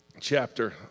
chapter